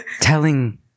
telling